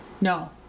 No